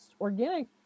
organic